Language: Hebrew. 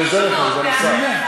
אני עוזר לך, סגן השר.